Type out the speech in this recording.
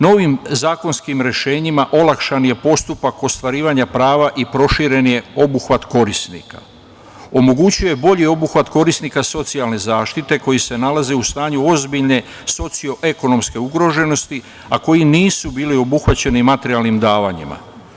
Novim zakonskim rešenjima olakšan je postupak ostvarivanja prava i proširen je obuhvat korisnika, omogućio je bolji obuhvat korisnika socijalne zaštite koji se nalaze u stanju ozbiljne socio-ekonomske ugroženosti, a koji nisu bili obuhvaćeni materijalnim davanjima.